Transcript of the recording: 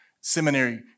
seminary